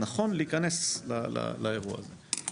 נכון להיכנס לאירוע הזה.